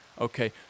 okay